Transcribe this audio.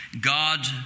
God